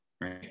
right